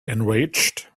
enraged